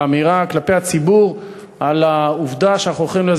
באמירה לציבור על העובדה שאנחנו הולכים לאיזו